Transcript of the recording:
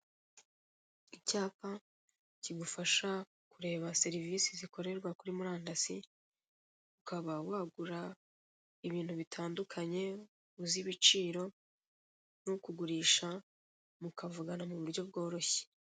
Icyapa kigufasha kureba serivise zikorerwa kuri murandasi ukaba wagura ibintu bitandukanye uzi ibiciro n'ukugurisha mukavugana mu buryo bworoshye.